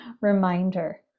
reminder